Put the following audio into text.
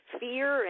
fear